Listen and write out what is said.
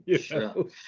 Sure